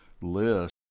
list